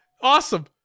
awesome